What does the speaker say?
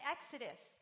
Exodus